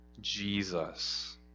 Jesus